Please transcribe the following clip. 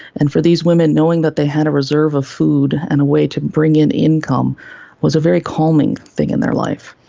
and for these women, knowing that they had a reserve of food and a way to bring in income was a very calming thing in their life.